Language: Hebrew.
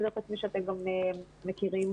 כמו שאתם מכירים,